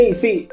see